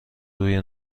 روی